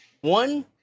One